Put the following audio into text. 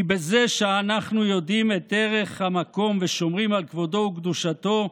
כי בזה שאנחנו יודעים את ערך המקום ושומרים על כבודו וקדושתו,